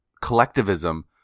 collectivism